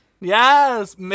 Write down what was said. Yes